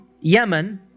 Yemen